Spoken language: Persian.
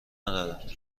ندارد